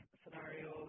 scenario